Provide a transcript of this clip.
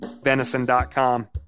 venison.com